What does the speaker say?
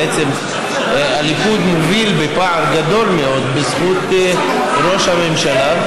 שהליכוד מוביל בפער גדול מאוד בזכות ראש הממשלה.